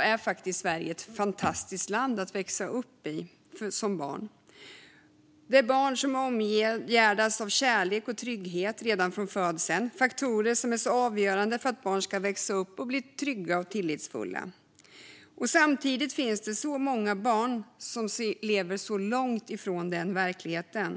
är Sverige ett fantastiskt land att växa upp i. Barn omgärdas av kärlek och trygghet redan från födseln, vilket är en faktor som är avgörande för att barn ska växa upp och bli trygga och tillitsfulla. Samtidigt finns det många barn som lever långt ifrån den verkligheten.